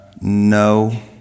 No